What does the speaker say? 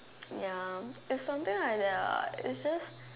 ya it's something like that lah it's just